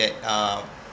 that um